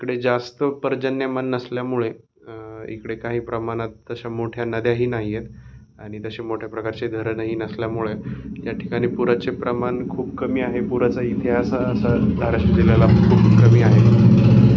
इकडे जास्त पर्जन्यमान नसल्यामुळे इकडे काही प्रमाणत तशा मोठ्या नद्याही नाहीयेत आणि तसे मोठ्या प्रकारचे धरणही नसल्यामुळे या ठिकाणी पुरचे प्रमाण खूप कमी आहे पुराचा इतिहास असा धाराशिव जिल्ह्याला खूप कमी आहे